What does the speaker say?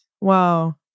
Wow